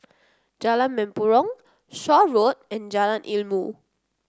Jalan Mempurong Shaw Road and Jalan Ilmu